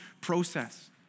process